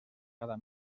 cada